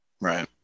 Right